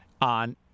on